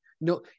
no